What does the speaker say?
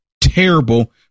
terrible